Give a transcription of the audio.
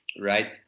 Right